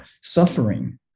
suffering